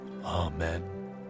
Amen